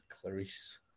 Clarice